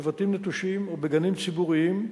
בבתים נטושים ובגנים ציבוריים,